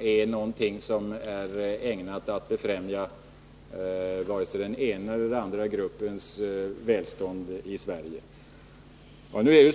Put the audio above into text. är någonting som är ägnat att befrämja vare sig den ena eller den andra gruppens välstånd i Sverige.